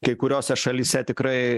kai kuriose šalyse tikrai